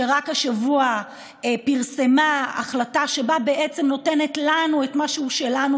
שרק השבוע פרסמה החלטה שנותנת לנו את מה שהוא שלנו: